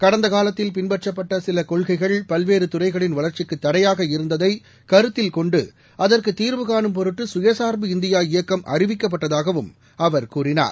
கடந்த காலத்தில் பின்பற்றப்பட்ட சில கொள்கைகள் பல்வேறு துறைகளின் வளா்ச்சிக்கு தடையாக இருந்ததை கருத்தில் கொண்டு அதற்கு தீர்வு கானும் பொருட்டு சுயசா்பு இந்தியா இயக்கம் அறிவிக்கப்பட்டதாகவும் அவர் கூறினார்